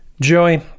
Joey